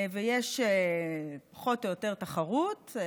ויש פחות או יותר תחרות,